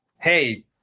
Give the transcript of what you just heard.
Hey